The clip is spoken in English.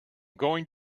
going